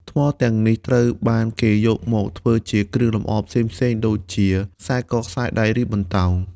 ថ្មធម្មជាតិទាំងនេះត្រូវបានគេយកមកធ្វើជាគ្រឿងលម្អផ្សេងៗ ដូចជា ខ្សែក ខ្សែដៃ ឬបន្តោង។